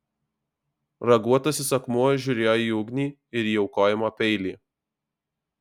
raguotasis akmuo žiūrėjo į ugnį ir į aukojimo peilį